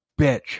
bitch